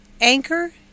Anchor